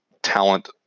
talent